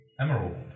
Emerald